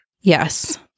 Yes